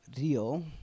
rio